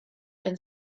and